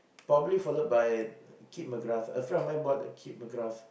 probably followed by Kip-McGrath a friend of mine bought the Kip-McGrath